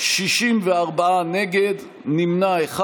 64 נגד, נמנע אחד.